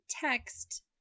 text